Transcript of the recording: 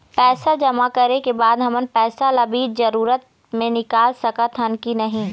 पैसा जमा करे के बाद हमन पैसा ला बीच जरूरत मे निकाल सकत हन की नहीं?